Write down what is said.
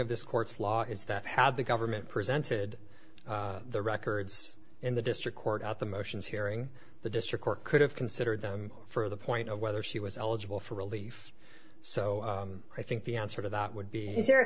of this court's law is that how the government presented the records in the district court at the motions hearing the district court could have considered them for the point of whether she was eligible for relief so i think the answer to that would be